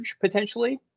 potentially